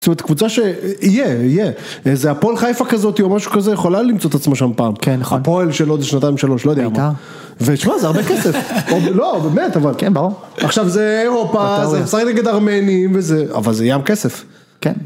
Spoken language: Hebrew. זאת אומרת קבוצה שיהיה, יהיה, זה הפועל חיפה כזאתי או משהו כזה יכולה למצוא את עצמה שם פעם, הפועל של עוד שנתיים שלוש לא יודע, ושמע זה הרבה כסף, לא באמת אבל, כן ברור, עכשיו זה אירופה, זה אפשר לשחק נגד ארמנים, אבל זה ים כסף, כן.